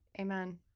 Amen